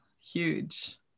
huge